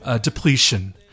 depletion